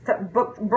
book